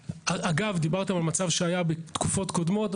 אגב, דיברתם על מצב שהיה בתקופות קודמות.